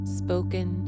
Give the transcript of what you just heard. spoken